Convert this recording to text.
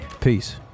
peace